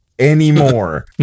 Anymore